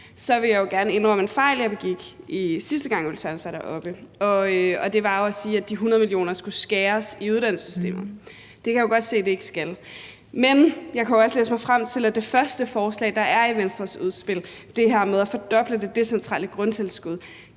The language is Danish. så vil jeg jo gerne indrømme en fejl, jeg begik, sidste gang fru Ulla Tørnæs var deroppe. Og fejlen var jo, at jeg sagde, at de 100 mio. kr. skulle skæres i uddannelsessystemet. Det kan jeg jo godt se de ikke skal. Men jeg kan jo også i det første forslag, der er i Venstres udspil, altså det her med at fordoble det decentrale grundtilskud,